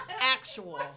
actual